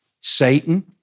Satan